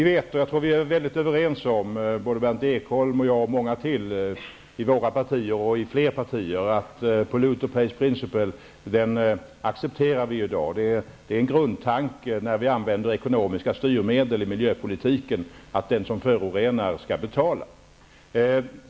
Herr talman! Berndt Ekholm och jag och många andra i våra partier och i flera partier är överens om att polluter-pays-principle accepterar vi i dag. Det är en grundtanke när vi använder ekonomiska styrmedel i miljöpolitiken, att den som förorenar skall betala.